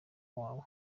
wabo